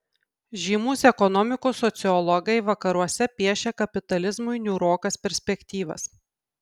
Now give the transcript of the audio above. žymūs ekonomikos sociologai vakaruose piešia kapitalizmui niūrokas perspektyvas